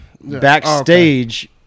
Backstage